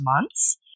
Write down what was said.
months